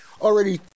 already